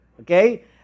okay